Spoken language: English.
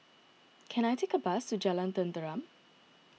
can I take a bus to Jalan Tenteram